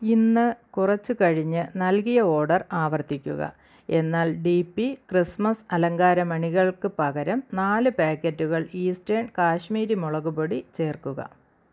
ഇന്നു കുറച്ചു കഴിഞ്ഞു നൽകിയ ഓഡർ ആവർത്തിക്കുക എന്നാൽ ഡീ പി ക്രിസ്മസ് അലങ്കാര മണികൾക്കു പകരം നാല് പാക്കറ്റുകൾ ഈസ്റ്റേൺ കാശ്മീരി മുളകുപൊടി ചേർക്കുക